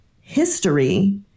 history